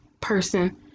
person